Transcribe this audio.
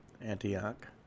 Antioch